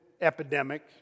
epidemic